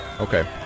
Okay